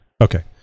Okay